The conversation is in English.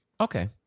Okay